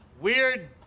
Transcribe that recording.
weird